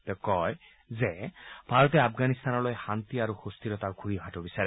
তেওঁ কয় যে ভাৰতে আফগানিস্তানলৈ শান্তি আৰু সুস্থিৰতা ঘূৰি অহাটো বিচাৰে